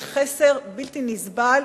יש חסר בלתי נסבל